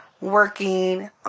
working